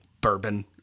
bourbon